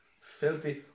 Filthy